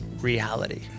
reality